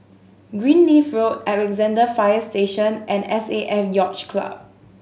Greenleaf Road Alexandra Fire Station and S A F Yacht Club